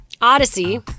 Odyssey